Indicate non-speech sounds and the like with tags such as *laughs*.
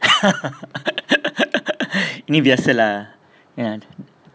*laughs* ini biasa lah